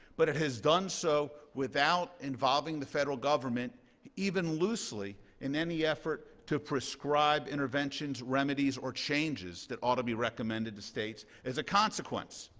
but it has done so without involving the federal government even loosely in any effort to prescribe interventions, remedies, or changes that ought to be recommended to states as a consequence,